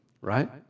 Right